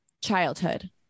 childhood